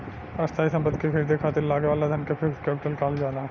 स्थायी सम्पति के ख़रीदे खातिर लागे वाला धन के फिक्स्ड कैपिटल कहल जाला